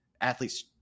athletes